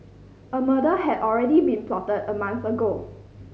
a murder had already been plotted a month ago